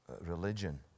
religion